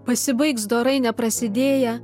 pasibaigs dorai neprasidėję